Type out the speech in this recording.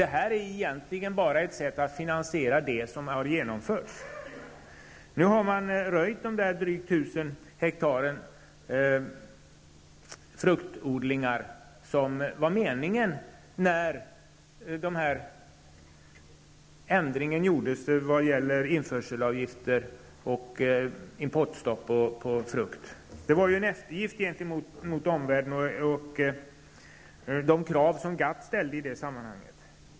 Det vi gör nu är egentligen bara att finansiera det som har genomförts. Man har nu röjt de drygt 1 000 ha fruktodlingar som det var meningen skulle röjas när ändringen i fråga om införselavgifter och importstopp på frukt genomfördes. Det var en eftergift gentemot omvärlden och de krav som GATT ställde i sammanhanget.